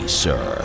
sir